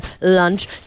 lunch